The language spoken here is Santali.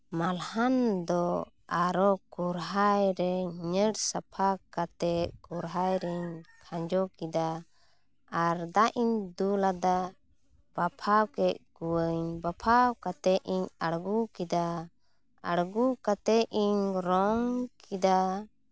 ᱢᱟᱞᱦᱟᱱ ᱫᱚ ᱟᱨᱚ ᱠᱚᱨᱦᱟᱭ ᱨᱮ ᱦᱤᱱᱦᱟᱹᱲ ᱥᱟᱯᱟ ᱠᱟᱛᱮ ᱠᱚᱨᱦᱟᱭ ᱨᱤᱧ ᱠᱷᱟᱸᱡᱚ ᱠᱮᱫᱟ ᱟᱨ ᱫᱟᱜ ᱤᱧ ᱫᱩᱞᱟᱫᱟ ᱵᱟᱯᱷᱟᱣ ᱠᱮᱫ ᱠᱩᱣᱟᱹᱧ ᱵᱟᱯᱷᱟᱣ ᱠᱟᱛᱮ ᱤᱧ ᱟᱬᱜᱚ ᱠᱮᱫᱟ ᱟᱬᱜᱚ ᱠᱟᱛᱮ ᱤᱧ ᱨᱚᱝ ᱠᱮᱫᱟ